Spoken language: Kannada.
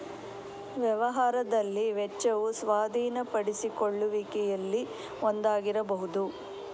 ವ್ಯವಹಾರದಲ್ಲಿ ವೆಚ್ಚವು ಸ್ವಾಧೀನಪಡಿಸಿಕೊಳ್ಳುವಿಕೆಯಲ್ಲಿ ಒಂದಾಗಿರಬಹುದು